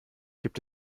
gibt